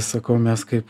sakau mes kaip